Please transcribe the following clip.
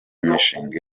imishinga